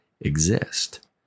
exist